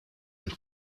and